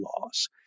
laws